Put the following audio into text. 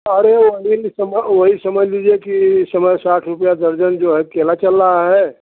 अरे वही सम वही समझ लीजिए कि इस समय साठ रुपया दर्जन जो है केला चल रहा है